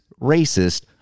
racist